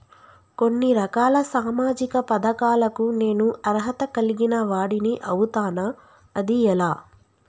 కొన్ని రకాల సామాజిక పథకాలకు నేను అర్హత కలిగిన వాడిని అవుతానా? అది ఎలా?